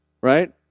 right